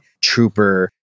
Trooper